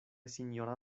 sinjora